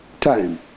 time